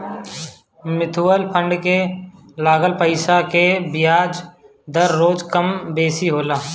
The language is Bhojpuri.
मितुअल फंड के लागल पईसा के बियाज दर रोज कम बेसी होला